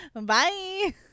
Bye